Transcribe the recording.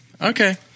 okay